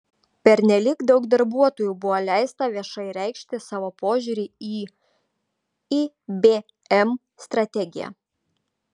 pernelyg daug darbuotojų buvo leista viešai reikšti savo požiūrį į ibm strategiją